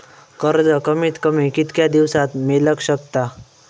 कर्ज कमीत कमी कितक्या दिवसात मेलक शकता?